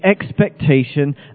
expectation